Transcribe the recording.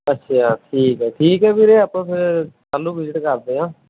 ਅੱਛਾ ਠੀਕ ਹੈ ਠੀਕ ਵੀਰੇ ਆਪਾਂ ਫਿਰ ਕੱਲ੍ਹ ਨੂੰ ਵੀਜ਼ਟ ਕਰਦੇ ਹਾਂ